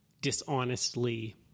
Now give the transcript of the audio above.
dishonestly